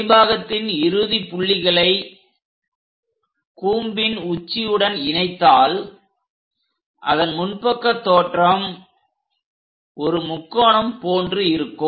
அடிபாகத்தின் இறுதி புள்ளிகளை கூம்பின் உச்சியுடன் இணைத்தால் அதன் முன் பக்க தோற்றம் ஒரு முக்கோணம் போன்று இருக்கும்